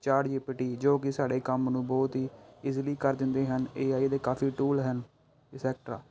ਜੋ ਕਿ ਸਾਡੇ ਕੰਮ ਨੂੰ ਬਹੁਤ ਹੀ ਇਜਿਲੀ ਕਰ ਦਿੰਦੇ ਹਨ ਏ ਆਈ ਦੇ ਕਾਫ਼ੀ ਟੂਲ ਹਨ ਅਸੈਕਟਰਾ